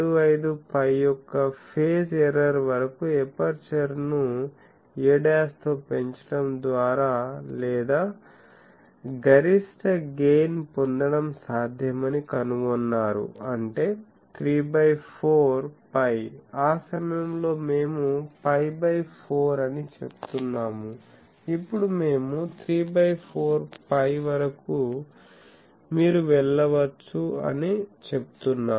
75π యొక్క phase error వరకు ఎపర్చర్ను a తో పెంచడం ద్వారా లేదా గరిష్ట గెయిన్ పొందడం సాధ్యమని కనుగొన్నారు అంటే 3 బై 4π ఆ సమయంలో మేము π బై 4 అని చెప్తున్నాము ఇప్పుడు మేము 3 బై 4π వరకు మీరు వెళ్ళవచ్చు అని చెప్తున్నాము